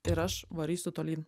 ir aš varysiu tolyn